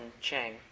Chang